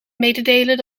mededelen